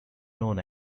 known